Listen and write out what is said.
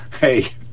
Hey